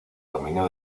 dominio